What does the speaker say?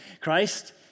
Christ